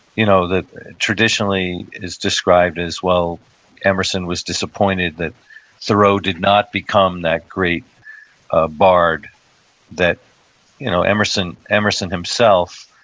you know that, traditionally, it is described as emerson was disappointed that thoreau did not become that great ah bard that you know emerson emerson himself.